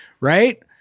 Right